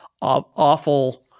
awful